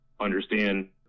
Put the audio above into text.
understand